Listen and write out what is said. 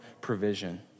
provision